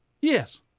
Yes